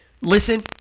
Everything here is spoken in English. listen